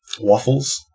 waffles